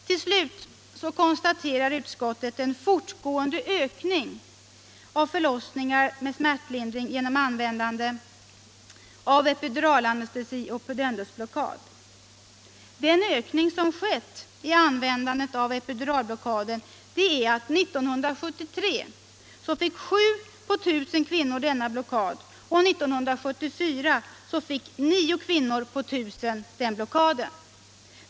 Till slut konstaterar utskottet en fortgående ökning av förlossningar med smärtlindring genom användning av epiduralanestesi och pudendusblockad. Den ökning som skett i användandet av epiduralblockaden är att 1973 fick 7 på 1 000 kvinnor denna blockad, och 1974 fick 9 kvinnor på 1000 den blockaden.